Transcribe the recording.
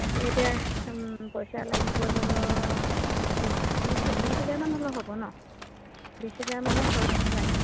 তাকে এতিয়া পইচা লাগিব ধৰক বিশ ত্ৰিছ বি বিশ হেজাৰমান হ'লেও হ'ব ন বিশ হেজাৰমানত হৈ যাব লাগে